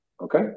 Okay